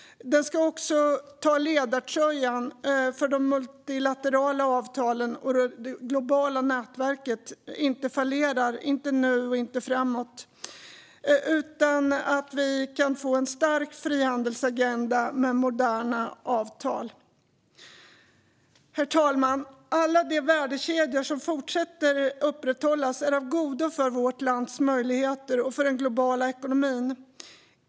EU ska också ta ledartröjan för att de multilaterala avtalen och det globala nätverket inte fallerar vare sig nu eller framöver och för att vi kan få en stark frihandelsagenda med moderna avtal. Herr talman! Alla de värdekedjor som fortsätter att upprätthållas är av godo för vårt lands möjligheter och för den globala ekonomin.